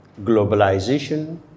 Globalization